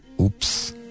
oops